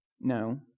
No